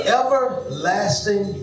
everlasting